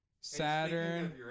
Saturn